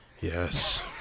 yes